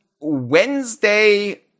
Wednesday